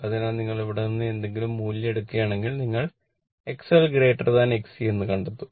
അതിനാൽ നിങ്ങൾ ഇവിടെ നിന്ന് എന്തെങ്കിലും മൂല്യം എടുക്കുകയാണെങ്കിൽ നിങ്ങൾ XL XC എന്ന് കണ്ടെത്തും